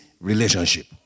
relationship